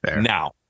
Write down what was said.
now